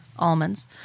Almonds